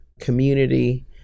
community